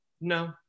no